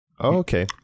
okay